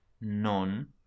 non